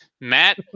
Matt